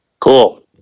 Cool